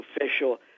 official